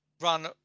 run